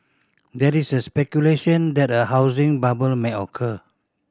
there is a speculation that a housing bubble may occur